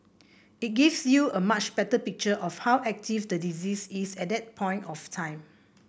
it gives you a much better picture of how active the disease is at that point of time